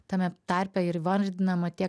tame tarpe ir įvardinama tiek